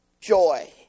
joy